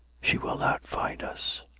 she will not find us.